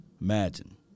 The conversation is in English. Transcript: Imagine